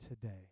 today